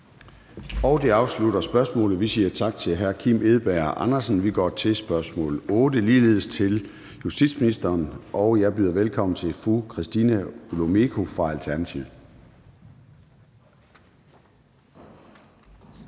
Det afslutter spørgsmålet. Vi siger tak til hr. Kim Edberg Andersen. Vi går til spørgsmål nr. 8, som ligeledes er til justitsministeren. Jeg byder velkommen til spørgeren, som er fru Christina Olumeko fra Alternativet.